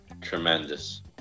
tremendous